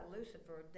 Lucifer